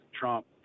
Trump